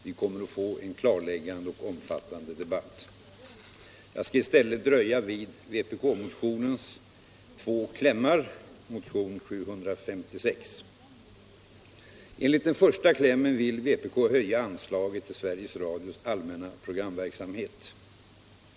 Vi kommer att få en klarläggande och omfattande debatt. Jag skall i stället dröja vid de två klämmarna i vpk-motionen 756. Enligt den första klämmen vill vpk höja anslaget till Sveriges Radios allmänna programverksamhet.